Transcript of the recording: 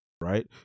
right